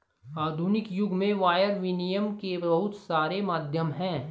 आधुनिक युग में वायर विनियम के बहुत सारे माध्यम हैं